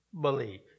believe